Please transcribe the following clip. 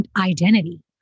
identity